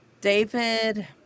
David